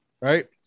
Right